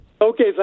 Okay